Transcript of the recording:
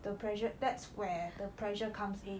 the pressure that's where the pressure comes in